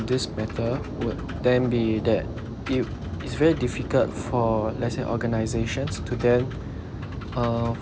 this matter would then be that it it's very difficult for let's say organisations to gain uh